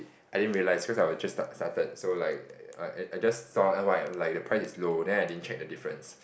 I didn't realise because I was just start started so like so I I I just saw like the price is low then I didn't check the difference